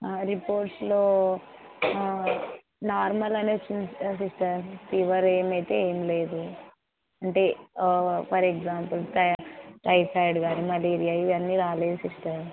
రిపోర్ట్స్లో normal అనే వస్తుంది sister fever ఏమైతే ఏం లేదు అంటే ఫర్ ఎగ్జాంపుల్ టై టైఫాయిడ్ కానీ మలేరియా ఇవన్నీ రాలేదు సిస్టర్